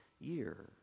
year